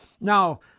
Now